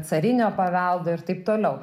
carinio paveldo ir taip toliau